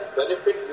benefit